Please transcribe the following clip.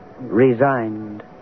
Resigned